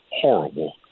horrible